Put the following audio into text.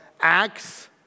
Acts